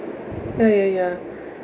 ya ya ya